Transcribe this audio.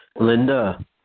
Linda